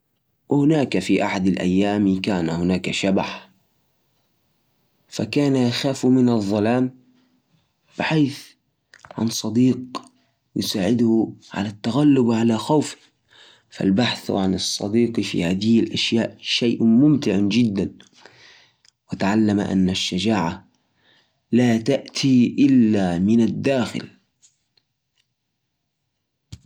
في أحد الأيام، كان هناك شباح يخاف من الظلام. كلما جاء الليل، كان يتخبى بالزوايا وينتظر الصبح، بفارغ الصبر. حاول يتغلب على خوفه، لكن كل ما أجرب، كان يرتجف ويهرب. وفي يوم، قرر يسأل باقي الأشباح كيف يتعاملوا مع الليل، وعارف إنه مو الوحيد اللي يخاف منه.